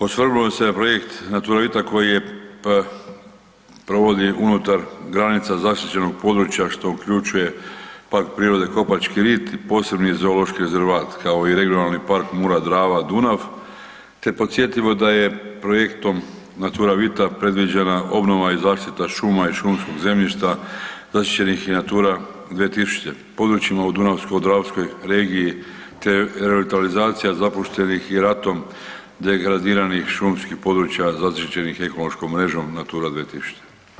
Osvrnuo bih se na projekt „Naturavita“ koji se provodi unutar granica zaštićenog područja što uključuje Park prirode „Kopački rit“, posebni zoološki rezervat kao i Regionalni park „Mura-Drava“ te podsjetimo da je projektom „Naturavita“ predviđena obnova i zaštita šuma i šumskog zemljišta zaštićenih i „Natura 2000“, područjima u dunavsko-dravskoj regiji te revitalizacija zapuštenih i ratnom degradiranih šumskih područja zaštićenih ekološkom mrežom „Natura 2000“